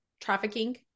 trafficking